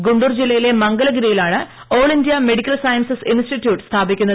ഗുണ്ടൂർ ജില്ലയിലെ മംഗലഗിരിയിലാണ് all India medical sciences institute സ്ഥാപിക്കുന്നത്